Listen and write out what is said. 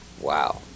Wow